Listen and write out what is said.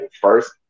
first